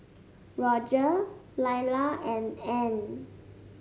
Rodger Lyla and Ann